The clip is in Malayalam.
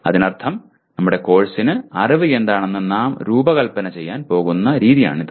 അതിനർത്ഥം നമ്മുടെ കോഴ്സിന് അറിവ് എന്താണെന്ന് നാം രൂപകൽപ്പന ചെയ്യാൻ പോകുന്ന രീതിയാണിത്